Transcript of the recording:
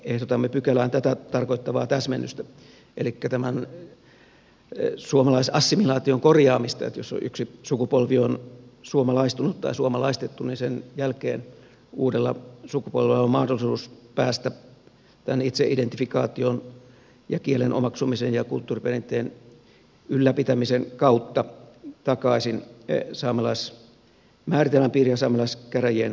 ehdotamme pykälään tätä tarkoittavaa täsmennystä elikkä tämän suomalaisassimilaation korjaamista sitä että jos yksi sukupolvi on suomalaistunut tai suomalaistettu niin sen jälkeen uudella sukupolvella on mahdollisuus päästä tämän itseidentifikaation ja kielen omaksumisen ja kulttuuriperinteen ylläpitämisen kautta takaisin saamelaismääritelmän piiriin ja saamelaiskäräjien vaaliluetteloon